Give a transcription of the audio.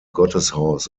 gotteshaus